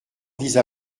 vise